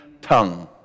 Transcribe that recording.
tongue